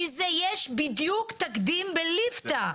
כי יש בדיוק תקדים בליפתא.